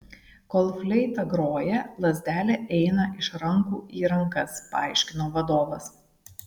kol fleita groja lazdelė eina iš rankų į rankas paaiškino vadovas